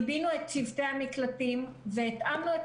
עיבינו את צוותי המקלטים והתאמנו את